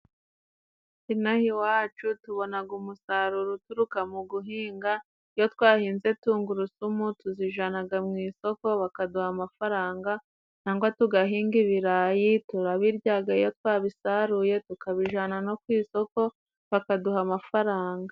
Ino aha iwacu tubonaga umusaruro uturuka mu guhinga, iyo twahinze tungurusumu tuzijanaga mu isoko bakaduha amafaranga cyangwa tugahinga ibirayi turabiryaga, iyo twabisaruye tukabijana no ku isoko bakaduha amafaranga.